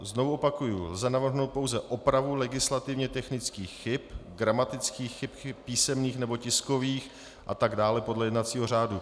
Znovu opakuji: Lze navrhnout pouze opravu legislativně technických chyb, gramatických chyb, písemných nebo tiskových atd. podle jednacího řádu.